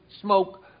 smoke